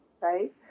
right